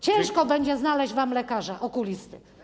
Ciężko będzie znaleźć wam lekarza okulistę.